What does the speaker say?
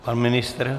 Pan ministr?